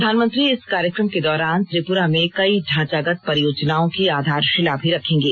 प्रधानमंत्री इस कार्यक्रम के दौरान त्रिपुरा में कई ढांचागत परियोजनाओं की आधारशिला भी रखेंगे